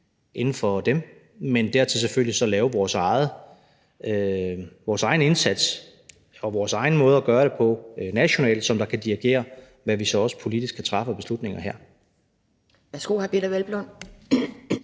inden for dem, og dertil selvfølgelig lave vores egen indsats og have vores egen måde at gøre det på nationalt, som kan styre, hvad vi så også politisk kan træffe af beslutninger her.